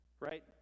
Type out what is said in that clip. Right